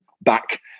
back